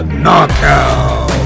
knockout